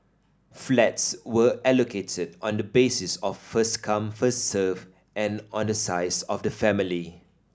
flats were allocated on the basis of first come first served and on the size of the family